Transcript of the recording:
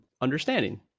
understanding